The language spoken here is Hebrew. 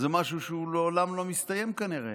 זה משהו שלעולם לא מסתיים כנראה.